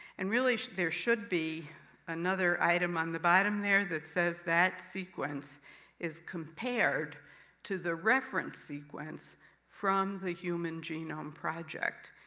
and really, there should be another item on the bottom there that says that sequence is compared to the reference sequence from the human genome project.